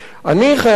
אני חייב לומר,